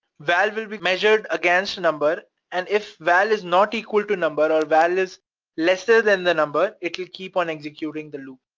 val will be measured against number and if val is not equal to number, or val is lesser than the number, it'll keep on executing the loop.